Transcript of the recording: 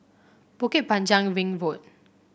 Bukit Panjang Ring Road